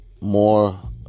more